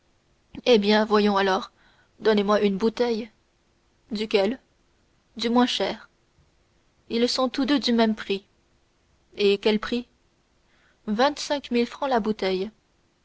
eh bien voyons alors donnez-moi une bouteille duquel du moins cher ils sont tous deux du même prix et quel prix vingt-cinq mille francs la bouteille